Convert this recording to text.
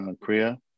Korea